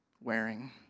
wearing